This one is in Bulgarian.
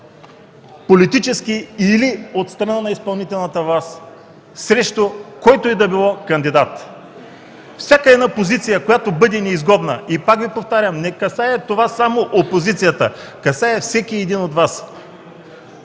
политически или от страна на изпълнителната власт срещу който и да било кандидат във всяка една позиция, която бъде неизгодна. Пак повтарям: това не касае само опозицията, касае всеки един от Вас.